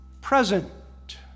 present